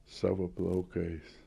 savo plaukais